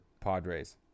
Padres